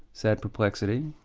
sad perplexity,